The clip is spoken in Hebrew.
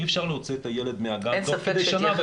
אי אפשר להוציא את הילד מהגן תוך כדי השנה.